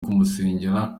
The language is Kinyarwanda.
kumusengera